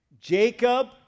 Jacob